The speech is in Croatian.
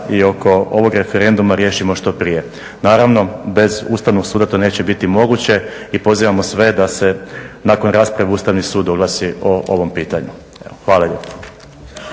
i oko ovog referenduma riješimo što prije. Naravno, bez Ustavnog suda to neće biti moguće i pozivamo sve da se nakon rasprave Ustavni sud oglasi o ovom pitanju. Evo, hvala lijepo.